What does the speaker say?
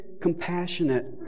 compassionate